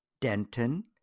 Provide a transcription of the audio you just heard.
Denton